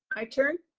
my turn?